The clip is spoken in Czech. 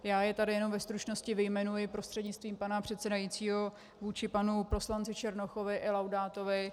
Já je tady jenom ve stručnosti vyjmenuji prostřednictvím pana předsedajícího vůči panu poslanci Černochovi i Laudátovi.